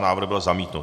Návrh byl zamítnut.